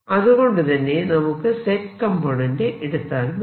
അതുകൊണ്ടുതന്നെ നമുക്ക് Z component എടുത്താൽ മതി